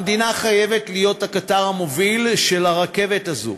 המדינה חייבת להיות הקטר המוביל של הרכבת הזאת.